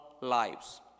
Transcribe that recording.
lives